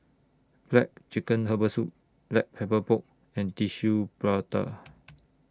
Black Chicken Herbal Soup Black Pepper Pork and Tissue Prata